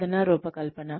బోధనా రూపకల్పన